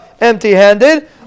empty-handed